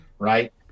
right